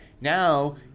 Now